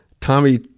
Tommy